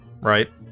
right